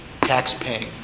tax-paying